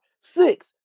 six